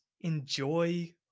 enjoy